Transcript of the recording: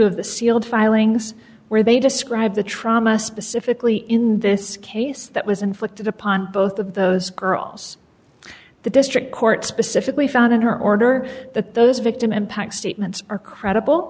of the sealed filings where they describe the trauma specifically in this case that was inflicted upon both of those girls the district court specifically found in her order that those victim impact statements are credible